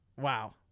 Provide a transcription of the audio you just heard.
Wow